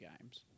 games